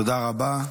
תודה רבה.